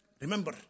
remember